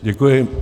Děkuji.